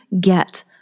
get